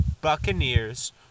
Buccaneers